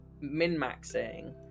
min-maxing